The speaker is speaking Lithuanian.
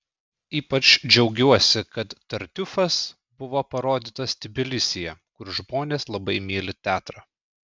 ypač džiaugiuosi kad tartiufas buvo parodytas tbilisyje kur žmonės labai myli teatrą